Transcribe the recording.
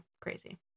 crazy